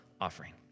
offering